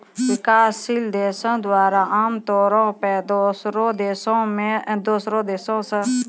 विकासशील देशो द्वारा आमतौरो पे दोसरो देशो से कर्जा लेलो जाय छै